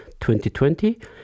2020